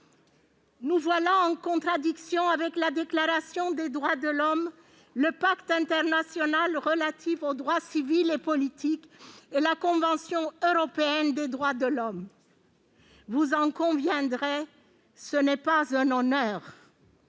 Nous voilà en contradiction avec la Déclaration des droits de l'homme, le Pacte international relatif aux droits civils et politiques et la Convention européenne des droits de l'homme. Vous en conviendrez, ce n'est pas un honneur